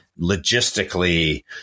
logistically